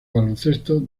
baloncesto